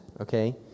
okay